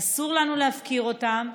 אסור לנו להפקיר אותם.